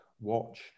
watch